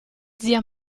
zia